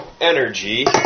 Energy